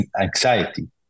anxiety